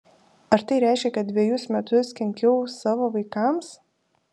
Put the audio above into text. ar tai reiškia kad dvejus metus kenkiau savo vaikams